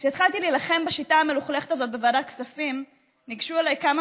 כשהתחלתי להילחם בשיטה המלוכלכת הזאת בוועדת כספים ניגשו אליי כמה